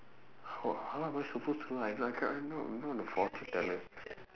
how how am I supposed to know I I cannot I'm not a fortune teller